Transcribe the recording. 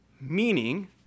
Meaning